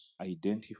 identify